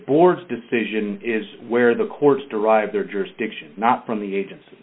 board's decision is where the courts derive their jurisdiction not from the agents